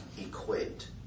equate